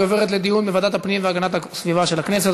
והיא עוברת לדיון בוועדת הפנים והגנת הסביבה של הכנסת.